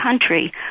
country